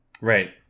Right